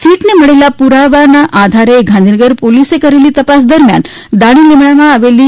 સીટને મળેલા પુરાવા આધારે ગાંધીનગર પોલીસે તપાસ દરમિયાન દાણીલીમડામાં આવેલી